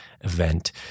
event